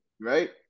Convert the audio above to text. right